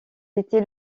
était